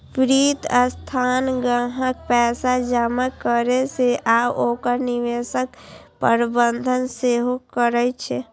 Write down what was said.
वित्तीय संस्थान ग्राहकक पैसा जमा करै छै आ ओकर निवेशक प्रबंधन सेहो करै छै